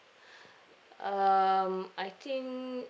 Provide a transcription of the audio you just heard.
um I think